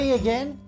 again